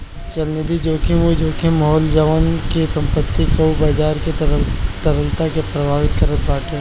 चलनिधि जोखिम उ जोखिम होला जवन की संपत्ति कअ बाजार के तरलता के प्रभावित करत बाटे